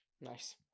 nice